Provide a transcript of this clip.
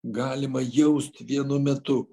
galima jaust vienu metu